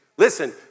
Listen